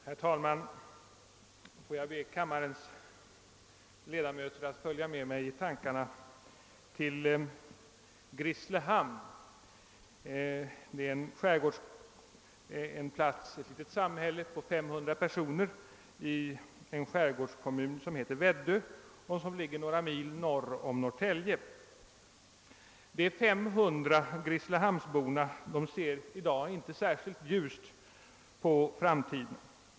Herr talman! Får jag be kammarens ledamöter att följa med mig i tankarna till Grisslehamn. Det är ett litet samhälle på 500 personer i en skärgårdskommun som heter Väddö och ligger några mil norr om Norrtälje. De 500 grisslehamnsborna ser i dag inte särskilt ljust på framtiden.